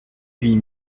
huit